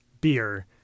beer